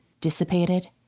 dissipated